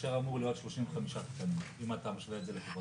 כאשר אמורים להיות 35 תקנים אם אתה משווה את זה לקופות החולים.